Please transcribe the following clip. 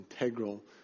integral